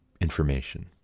information